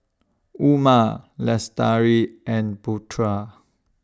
Umar Lestari and Putra